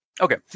Okay